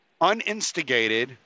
uninstigated